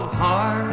heart